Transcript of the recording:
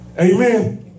Amen